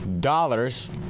dollars